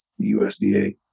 USDA